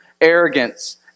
arrogance